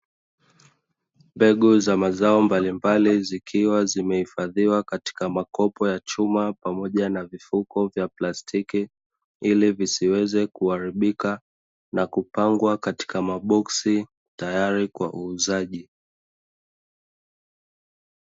Mbegu za mazao mbali mbali zikiwa zimehifadhiwa katika makopo ya chuma, pamoja na mifuko vya plastiki ili visiweze kuharibika na kupangwa katika maboksi tayari kwa uuzaji.